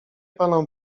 panom